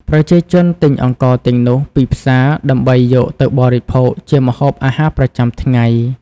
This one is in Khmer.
ប្រជាជនទិញអង្ករទាំងនោះពីផ្សារ ដើម្បីយកទៅបរិភោគជាម្ហូបអាហារប្រចាំថ្ងៃ។